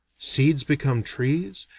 seeds become trees,